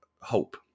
hope